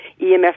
EMF